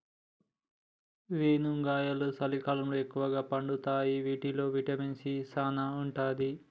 రేనుగాయలు సలికాలంలో ఎక్కుగా పండుతాయి వీటిల్లో విటమిన్ సీ సానా ఉంటది